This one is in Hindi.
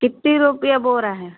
कितना रुपया बोरा है